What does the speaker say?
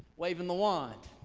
waving the wand,